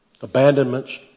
Abandonments